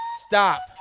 Stop